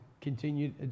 continue